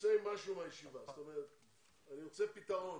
רוצה פתרון